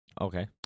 Okay